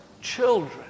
children